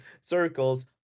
circles